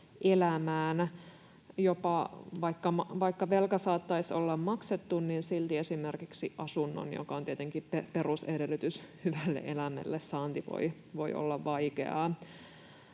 elämään. Jopa vaikka velka saattaisi olla maksettu, silti esimerkiksi asunnon, joka on tietenkin perusedellytys hyvälle elämälle, saanti voi olla vaikeaa.